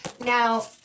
Now